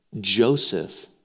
Joseph